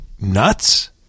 nuts